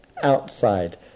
outside